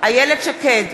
איילת שקד,